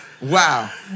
Wow